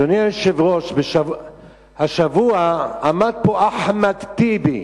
אדוני היושב-ראש, השבוע עמד פה אחמד טיבי,